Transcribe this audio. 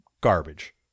garbage